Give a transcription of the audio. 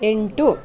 ಎಂಟು